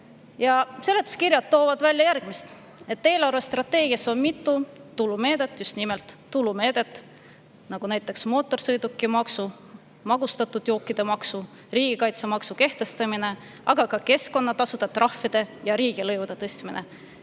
Seletuskirjad toovad välja järgmist: eelarvestrateegias on mitu tulumeedet – just nimelt tulumeedet –, nagu näiteks mootorsõidukimaksu, magustatud jookide maksu, riigikaitsemaksu kehtestamine, aga ka keskkonnatasude, trahvide ja riigilõivude tõstmine.